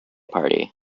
party